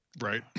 right